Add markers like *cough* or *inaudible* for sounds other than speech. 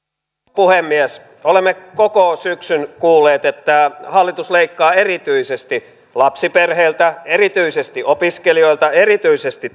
puhemies olemme koko syksyn kuulleet että hallitus leikkaa erityisesti lapsiperheiltä erityisesti opiskelijoilta erityisesti *unintelligible*